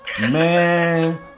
Man